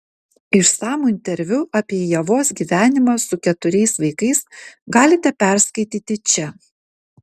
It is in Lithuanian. išsamų interviu apie ievos gyvenimą su keturiais vaikais galite perskaityti čia